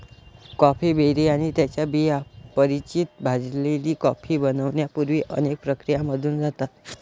coffee berry आणि त्यांच्या बिया परिचित भाजलेली कॉफी बनण्यापूर्वी अनेक प्रक्रियांमधून जातात